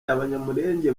abanyamulenge